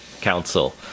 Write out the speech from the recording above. council